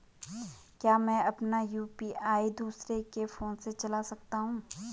क्या मैं अपना यु.पी.आई दूसरे के फोन से चला सकता हूँ?